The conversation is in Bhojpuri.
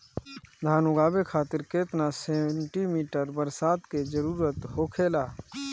धान उगावे खातिर केतना सेंटीमीटर बरसात के जरूरत होखेला?